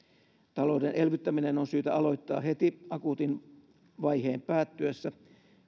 talouden elvyttäminen on syytä aloittaa heti akuutin vaiheen päättyessä